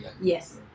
Yes